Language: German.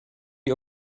die